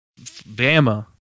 Bama